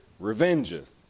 revengeth